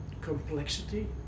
complexity